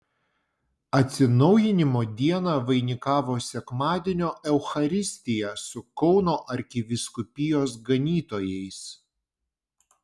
atsinaujinimo dieną vainikavo sekmadienio eucharistija su kauno arkivyskupijos ganytojais